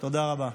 תודה רבה.